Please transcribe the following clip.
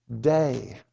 day